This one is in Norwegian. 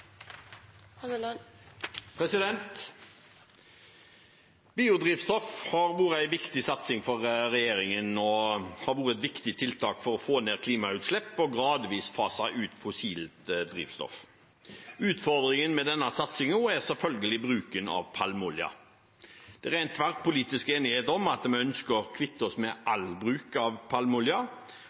Biodrivstoff har vært en viktig satsing for regjeringen og et viktig tiltak for å få ned klimautslipp og gradvis fase ut fossilt drivstoff. Utfordringen med denne satsingen er selvfølgelig bruken av palmeolje. Det er tverrpolitisk enighet om at vi ønsker å kvitte oss med all bruk av palmeolje,